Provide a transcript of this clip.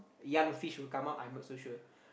young fish will come out I'm not so sure